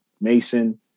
Mason